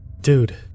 Dude